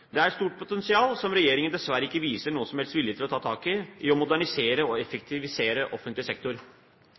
Det er et stort potensial som regjeringen dessverre ikke viser noen som helst vilje til å ta tak i, med tanke på å modernisere og effektivisere offentlig sektor.